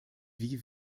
wie